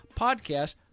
podcast